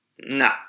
No